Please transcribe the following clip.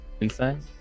Inside